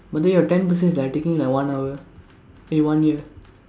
but then your ten percent is like taking like a hour eh one year